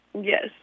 Yes